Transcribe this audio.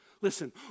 Listen